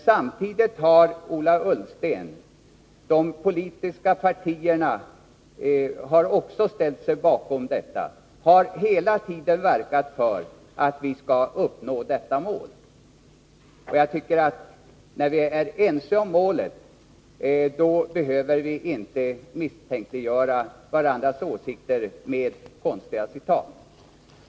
Samtidigt har Ola Ullsten — och de politiska partierna har ställt sig bakom — hela tiden verkat för att vi skall uppnå dessa mål. När vi är ense om målet behöver vi inte misstänkliggöra varandras åsikter med konstiga citat.